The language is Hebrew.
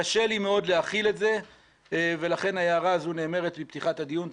קשה לי מאוד להכיל את זה ולכן ההערה הזו נאמרת בפתיחת הדיון.